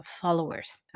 followers